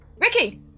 Ricky